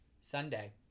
Sunday